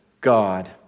God